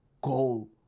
goal